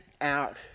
out